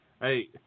Hey